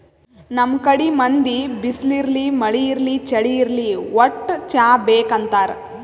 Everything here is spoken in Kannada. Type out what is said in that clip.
ನಮ್ ಕಡಿ ಮಂದಿ ಬಿಸ್ಲ್ ಇರ್ಲಿ ಮಳಿ ಇರ್ಲಿ ಚಳಿ ಇರ್ಲಿ ವಟ್ಟ್ ಚಾ ಬೇಕ್ ಅಂತಾರ್